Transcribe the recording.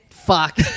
Fuck